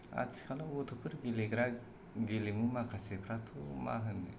आथिखालाव गथ'फोर गेलेग्रा गेलेमु माखासेफ्राथ' मा होननो